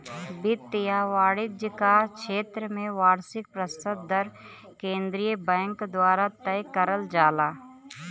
वित्त या वाणिज्य क क्षेत्र में वार्षिक प्रतिशत दर केंद्रीय बैंक द्वारा तय करल जाला